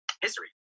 History